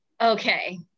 okay